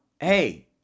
hey